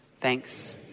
Thanks